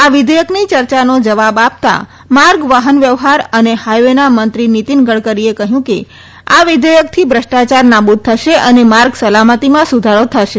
આ વિધેયકની ચર્ચાનો જવાબ આપતાં માર્ગ વાહન વ્યવહાર અને હાઈવેના મંત્રી નીતીન ગડકરીએ કહયું કે આ વિઘેયકથી ભ્રષ્ટાચાર નાબુદ થશે અને માર્ગ સલામતીમાં સુધારો થશે